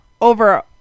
over